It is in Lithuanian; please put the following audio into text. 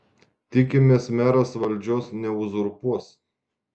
tikimės meras valdžios neuzurpuos